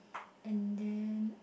and then